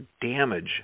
damage